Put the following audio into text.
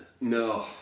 No